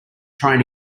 trying